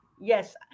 Yes